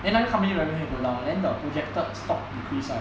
then 那个 company revenue will go down then the projected stocks decrease right